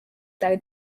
their